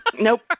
Nope